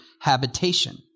habitation